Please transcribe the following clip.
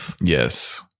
Yes